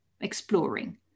exploring